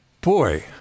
Boy